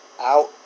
out